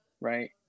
Right